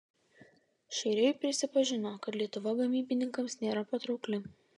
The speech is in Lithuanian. šeiriai prisipažino kad lietuva gamybininkams nėra patraukli